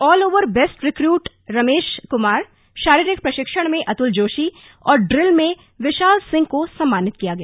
all over best recruit Ramesh Kumar शारारिक प्रशिक्षण में अतुल जोशी और ड्रिल में विशाल सिंह को सम्मानित किया गया